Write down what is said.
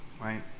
right